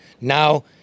Now